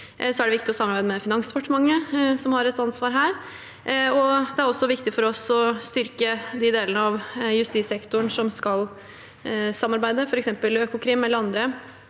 er det viktig å samarbeide med Finansdepartementet, som har et ansvar her, og det er også viktig for oss å styrke de delene av justissektoren som skal samarbeide, f.eks. Økokrim eller andre,